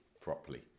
properly